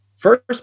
First